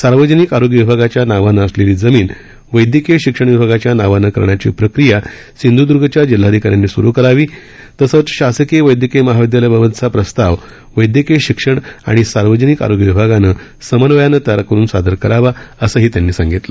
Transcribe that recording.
सार्वजनिक आरोग्य विभागाच्या नावानं असलेली जमीन वैद्यकीय शिक्षण विभागाच्या नावानं करण्याची प्रक्रिया सिंधूद्र्गच्या जिल्हाधिकाऱ्यांनी सुरू करावी तर शासकीय वैद्यकीय महाविदयालय बाबतचा प्रस्ताव वैदयकीय शिक्षण आणि सार्वजनिक आरोग्य विभागानं समन्वयानं तयार करून सादर करावा असंही त्यांनी सांगितलं